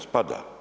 Spada.